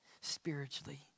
Spiritually